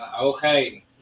Okay